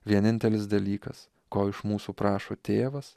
vienintelis dalykas ko iš mūsų prašo tėvas